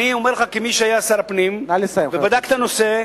אני אומר לך, כמי שהיה שר הפנים ובדק את הנושא,